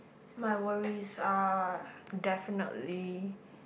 my worries uh definitely